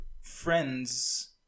friends